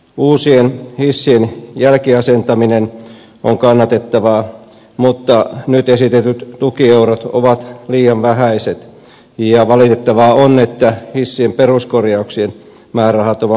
uusien hissien jälkiasentaminen on kannatettavaa mutta nyt esitetyt tukieurot ovat liian vähäiset ja valitettavaa on että hissien peruskorjauksien määrärahat on poistettu